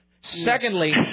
Secondly